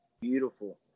beautiful